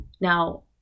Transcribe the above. Now